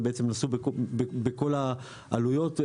הם נשאו בכל העלויות.